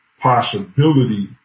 possibility